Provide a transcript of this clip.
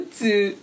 two